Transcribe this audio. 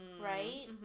Right